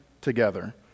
together